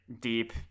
deep